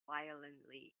violently